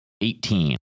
Eighteen